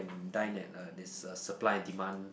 dine at uh this Supply and Demand